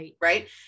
right